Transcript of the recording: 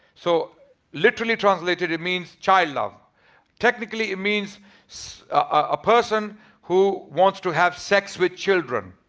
so literally translated it means child love technically it means so a person who wants to have sex with children.